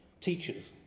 Teachers